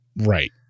Right